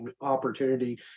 opportunity